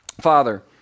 Father